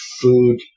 food